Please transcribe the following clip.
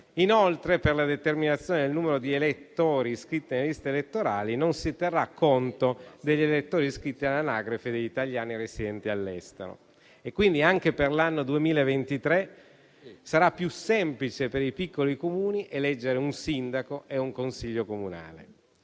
Inoltre, per la determinazione del numero di elettori iscritti nelle liste elettorali, non si terrà conto degli elettori iscritti all'anagrafe degli italiani residenti all'estero e quindi anche per l'anno 2023 sarà più semplice per i piccoli Comuni eleggere un sindaco e un Consiglio comunale.